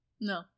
No